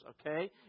Okay